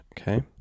Okay